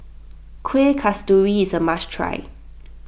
Kuih Kasturi is a must try